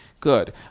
Good